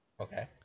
Okay